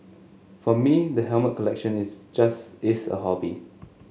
for me the helmet collection is just is a hobby